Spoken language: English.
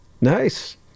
Nice